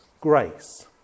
grace